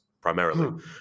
primarily